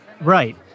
Right